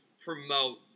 promote